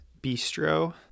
Bistro